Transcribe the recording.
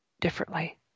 differently